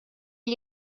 gli